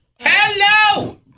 Hello